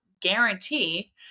guarantee